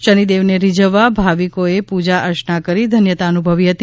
શનિદેવને રીઝવવા ભાવિકોએ પૂજા અંર્ચના કરી ધન્યતા અનુભવી હતી